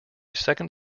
second